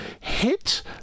hit